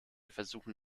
versuchen